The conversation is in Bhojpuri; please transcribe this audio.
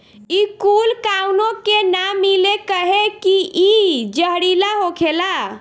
इ कूल काउनो के ना मिले कहे की इ जहरीला होखेला